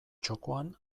txokoan